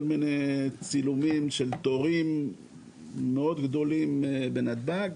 מיני צילומים של תורים מאוד גדולים בנתב"ג,